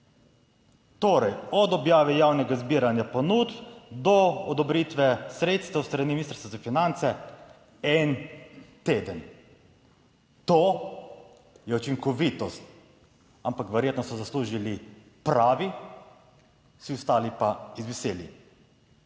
Torej, od objave javnega zbiranja ponudb do odobritve sredstev s strani Ministrstva za finance, en teden. To je učinkovitost, ampak verjetno so zaslužili pravi, vsi ostali pa izviseli.